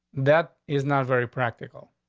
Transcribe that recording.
that is not very practical.